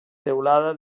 teulada